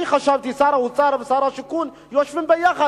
אני חשבתי: שר האוצר ושר השיכון יושבים ביחד.